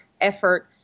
effort